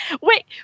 Wait